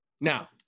Now